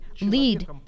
lead